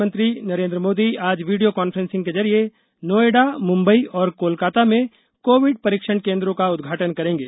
प्रधानमंत्री नरेन्द्र मोदी आज video conferencing के जरिए नोएडा मुंबई और कोलकाता में कोविड परीक्षण केन्द्रों का उदघाटन करेंगे